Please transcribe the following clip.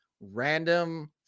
random